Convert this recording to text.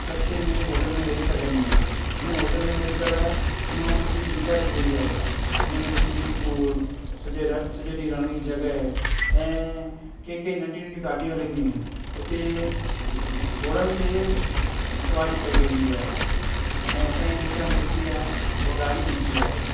सस्ते में होटल में रही सघंदा आहिनि हिन होटल में अॼुकल्ह तमामु सुठी सुविधा थी वई आहे उन में स्विमिंग पुल सॼे ॾींहुं रहण जी जॻहि ऐं के के नंढियूं नंढियूं गाॾियूं हलंदियूं आहिनि उते घोड़नि ते सवारी कई वेंदी आहे एक्चुअली ऐं उतां जी जेका मिटी आहे उहा ॻाढ़ी मिटी आहे